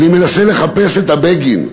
אני מנסה לחפש את ה"בגין",